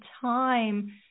time